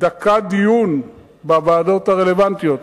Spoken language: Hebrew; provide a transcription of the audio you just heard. דיון של דקה בוועדות הרלוונטיות,